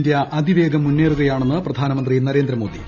India അതിവേഗം മുന്നേറുകയാണെന്ന് പ്രധാനമന്ത്രി നരേന്ദ്രമോദി